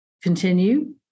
continue